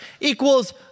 equals